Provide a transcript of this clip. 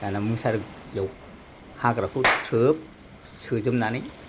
दाना मुसारियाव हाग्राखौ ट्रोब सोजोबनानै